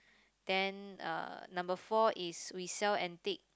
then uh number four is we sell antique